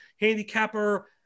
handicapper